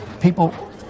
people